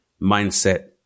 mindset